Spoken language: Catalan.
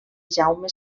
jaume